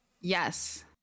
Yes